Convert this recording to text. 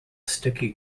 sticky